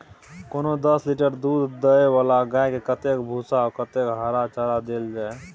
कोनो दस लीटर दूध दै वाला गाय के कतेक भूसा आ कतेक हरा चारा देल जाय?